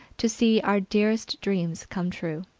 to see our dearest dreams come true.